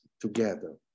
together